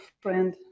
friend